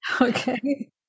Okay